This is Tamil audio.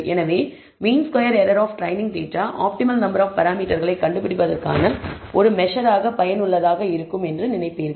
எனவே mean squared error of training data optimal number of பராமீட்டர்களை கண்டுபிடிப்பதற்கான ஒரு மெசர் ஆக பயனுள்ளதாக இருக்கும் என்று நீங்கள் நினைப்பீர்கள்